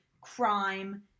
crime